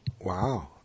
Wow